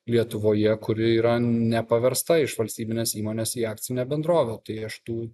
lietuvoje kuri yra nepaversta iš valstybinės įmonės į akcinę bendrovę tai aš tų